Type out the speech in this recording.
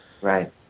Right